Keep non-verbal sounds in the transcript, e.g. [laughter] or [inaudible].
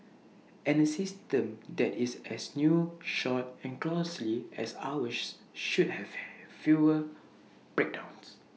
and A system that is as new short and costly as ours should have [noise] fewer breakdowns